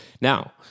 Now